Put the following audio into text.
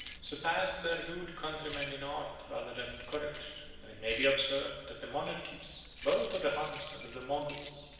surpassed their rude countrymen in art rather than in courage and it may be observed that the monarchies, both of the huns and of the moguls,